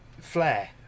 Flair